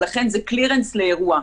ולכן זה קלירנס לאירוע.